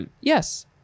yes